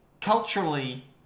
Culturally